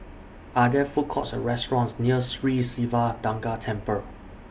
Are There Food Courts Or restaurants near Sri Siva Durga Temple